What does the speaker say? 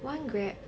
one grab